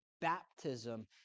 baptism